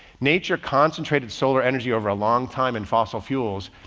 nature concentrated solar energy over a long time and fossil fuels,